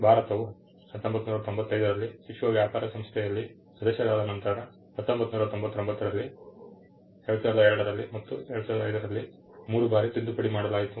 ಭಾರತವು 1995 ರಲ್ಲಿ ವಿಶ್ವ ವ್ಯಾಪಾರ ಸಂಸ್ಥೆಯಲ್ಲಿ ಸದಸ್ಯರಾದ ನಂತರ 1999 ರಲ್ಲಿ 2002 ರಲ್ಲಿ ಮತ್ತು 2005 ರಲ್ಲಿ ಮೂರು ಬಾರಿ ತಿದ್ದುಪಡಿ ಮಾಡಲಾಯಿತು